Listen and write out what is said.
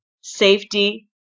safety